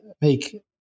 make